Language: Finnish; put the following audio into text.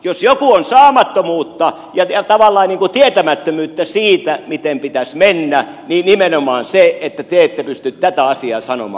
jos jokin on saamattomuutta ja tavallaan tietämättömyyttä siitä miten pitäisi mennä niin nimenomaan se että te ette pysty tätä asiaa sanomaan